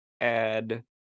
add